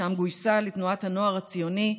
שם גויסה לתנועת הנוער הציוני,